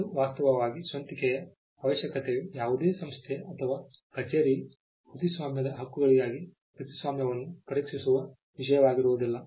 ಮತ್ತು ವಾಸ್ತವವಾಗಿ ಸ್ವಂತಿಕೆಯ ಅವಶ್ಯಕತೆಯು ಯಾವುದೇ ಸಂಸ್ಥೆ ಅಥವಾ ಕಚೇರಿ ಕೃತಿಸ್ವಾಮ್ಯದ ಹಕ್ಕುಗಳಿಗಾಗಿ ಕೃತಿಸ್ವಾಮ್ಯವನ್ನು ಪರೀಕ್ಷಿಸುವ ವಿಷಯವಾಗಿರುವುದಿಲ್ಲ